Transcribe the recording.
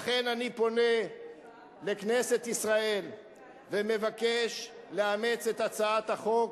לכן אני פונה לכנסת ישראל ומבקש לאמץ את הצעת החוק,